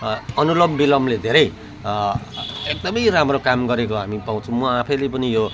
अनुलोम विलोमले धेरै एकदमै राम्रो काम गरेको हामी पाउँछौँ म आफैँले पनि यो